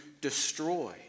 destroy